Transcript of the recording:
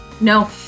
No